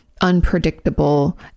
unpredictable